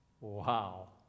Wow